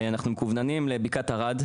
ואנחנו מכווננים לבקעת ערד.